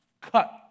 cut